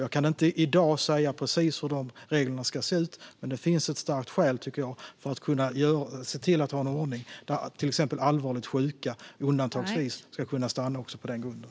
Jag kan inte i dag säga precis hur de reglerna ska se ut, men jag tycker att det finns starka skäl att se till att ha en ordning där exempelvis allvarligt sjuka undantagsvis ska kunna stanna också på den grunden.